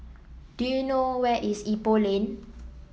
do you know where is Ipoh Lane